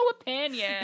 opinion